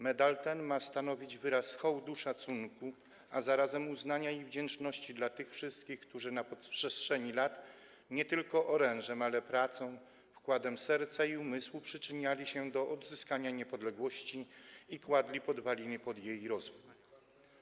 Medal ten ma stanowić wyraz hołdu, szacunku, a zarazem uznania i wdzięczności dla tych wszystkich, którzy na przestrzeni lat nie tylko orężem, ale i pracą, wkładem serca i umysłu przyczyniali się do odzyskania niepodległości i kładli podwaliny pod rozwój ojczyzny.